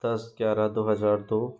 दस ग्यारह दो हज़ार दो